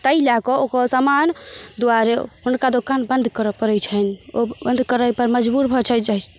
ताहि लै कऽ ओकर समान दुआरे हुनका दोकान बन्द करऽ पड़ैत छैन ओ बन्द करै पर मजबुर भऽ जाइत